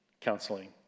counseling